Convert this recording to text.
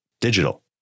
digital